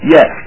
Yes